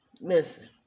listen